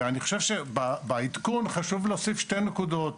ואני חושב שבעדכון חשוב להוסיף שתי נקודות.